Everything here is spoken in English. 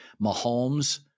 Mahomes